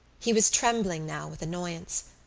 he was trembling now with annoyance.